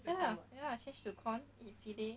ya lah ya lah change to corn with fillet